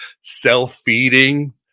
self-feeding